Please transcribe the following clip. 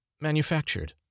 manufactured